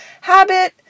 habit